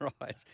right